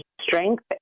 strength